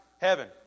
Heaven